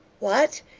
what!